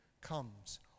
comes